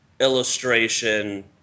Illustration